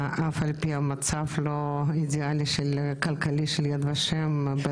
למרות שהמצב הכלכלי של יד ושם לא אידאלי.